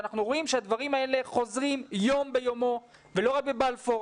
ואנחנו רואים שהדברים האלה חוזרים יום ביומו ולא רק בבלפור.